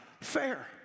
fair